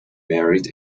married